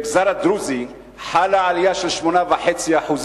במגזר הדרוזי חלה עלייה, 8.5%